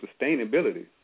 sustainability